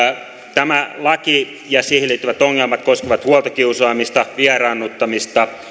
tämä laki ja siihen liittyvät ongelmat koskevat huoltokiusaamista vieraannuttamista